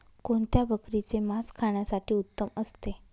कोणत्या बकरीचे मास खाण्यासाठी उत्तम असते?